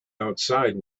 outside